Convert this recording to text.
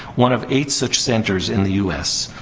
one of eight such centers in the us.